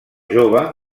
jove